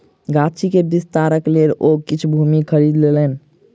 गाछी के विस्तारक लेल ओ किछ भूमि खरीद लेलैन